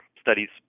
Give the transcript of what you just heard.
studies